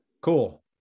cool